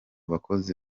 bakozi